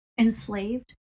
enslaved